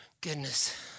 Goodness